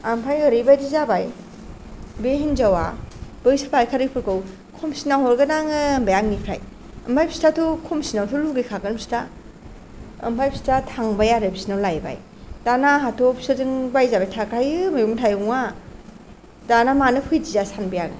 आमफाय ओरैबायदि जाबाय बे हिनजावा बैसोर फायखारिफोरखौ खमसिनाव हरगोन आङो होनबाय आंनिफ्राय आमफाय बिस्राथ' खमसिनावथ' लुबैखागोन बिस्रा आमफाय बिस्रा थांबाय आरो फिसिनाव लायबाय दाना आंहाथ' फिसोरजों बायजाबाय थाखायो मैगं थाइगं आ दाना मानो फैदिया सानबाय आं